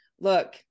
Look